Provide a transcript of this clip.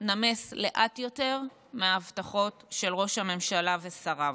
נמס לאט יותר מההבטחות של ראש הממשלה ושריו.